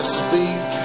speak